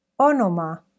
Onoma